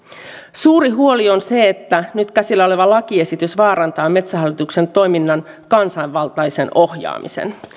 suuri huoli on se että nyt käsillä oleva lakiesitys vaarantaa metsähallituksen toiminnan kansanvaltaisen ohjaamisen